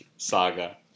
Saga